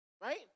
right